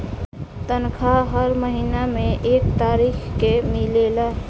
तनखाह हर महीना में एक तारीख के मिलेला